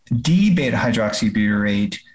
D-beta-hydroxybutyrate